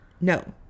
No